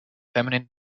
feminine